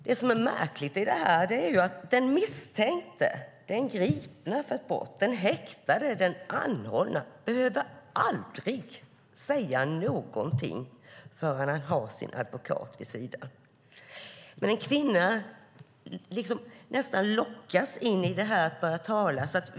Det som är märkligt i det här är att den misstänkte, den gripne för ett brott, den häktade, den anhållne aldrig behöver säga någonting förrän han har sin advokat vid sin sida. Men en kvinna lockas nästan in i att börja tala.